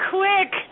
quick